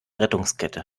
rettungskette